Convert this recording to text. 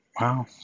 Wow